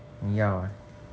你要啊